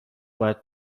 باید